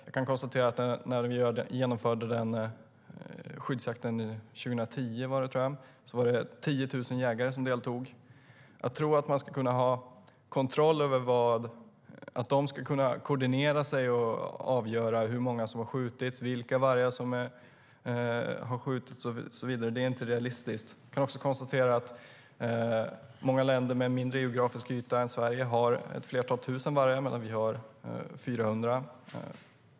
Jag kan konstatera att det när vi genomförde skyddsjakten 2010 var 10 000 jägare som deltog. Att tro att de ska kunna koordinera sig och avgöra hur många, och vilka, vargar som har skjutits och så vidare är inte realistiskt. Jag kan också konstatera att många länder med mindre geografisk yta än Sverige har ett flertal tusen vargar medan vi har 400.